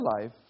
life